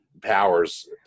powers